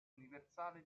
universale